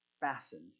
fastened